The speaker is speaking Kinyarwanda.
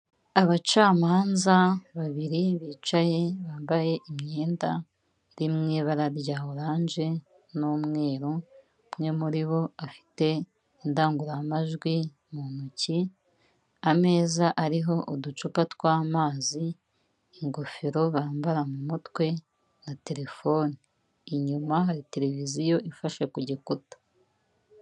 Abacamanza babiri bicaye bambaye imyenda iri mu ibara rya oranje n'umweru, umwe muri bo afite indangururamajwi mu ntoki, ameza ariho uducupa tw'amazi, ingofero bambara mu mutwe na terefoni, inyuma hari tereviziyo ifashe ku gikuta.